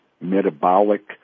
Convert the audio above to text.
metabolic